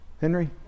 Henry